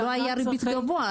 אבל לא היה ריבית גבוהה.